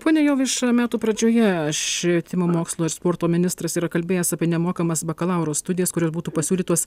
pone jovaiša metų pradžioje švietimo mokslo ir sporto ministras yra kalbėjęs apie nemokamas bakalauro studijas kurios būtų pasiūlytos